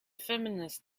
feminist